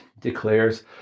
declares